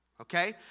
Okay